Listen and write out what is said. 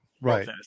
right